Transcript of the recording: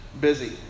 busy